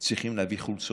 צריכים להביא חולצות,